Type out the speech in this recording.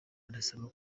arasaba